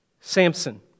Samson